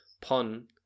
pun